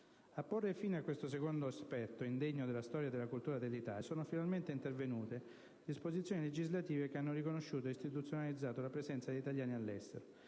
A porre fine a questo secondo aspetto, indegno della storia e della cultura dell'Italia, sono finalmente intervenute le disposizioni legislative che hanno riconosciuto ed istituzionalizzato la presenza degli italiani all'estero: